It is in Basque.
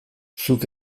zuk